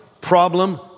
problem